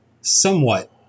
somewhat